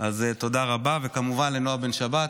אז תודה רבה, וכמובן, לנעה בן שבת.